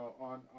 on